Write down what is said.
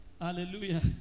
Hallelujah